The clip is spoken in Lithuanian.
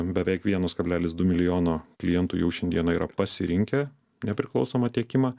beveik vienas kablelis du milijono klientų jau šiandieną yra pasirinkę nepriklausomą tiekimą